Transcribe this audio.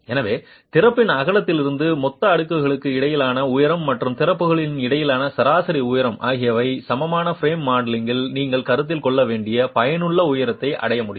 எனவே திறப்பின் அகலத்திலிருந்து மொத்த அடுக்குகளுக்கு இடையேயான உயரம் மற்றும் திறப்புகளுக்கு இடையிலான சராசரி உயரம் ஆகியவை சமமான பிரேம் மாடலிங்கில் நீங்கள் கருத்தில் கொள்ள வேண்டிய பயனுள்ள உயரத்தை அடைய முடியும்